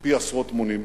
עשרות מונים,